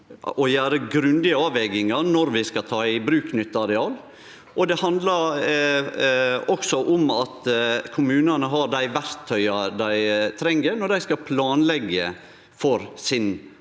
å gjere grundige avvegingar når vi skal ta i bruk nytt areal, og det handlar også om at kommunane har dei verktøya dei treng når dei skal planleggje for